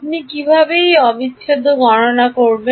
আপনি কীভাবে এই অবিচ্ছেদ্য গণনা করবেন